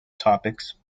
topics